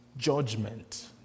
Judgment